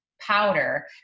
powder